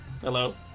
Hello